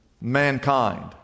mankind